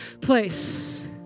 place